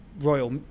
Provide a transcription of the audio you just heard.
Royal